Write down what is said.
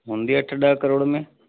हूंदी अठ ॾह करोड़ में